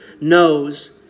knows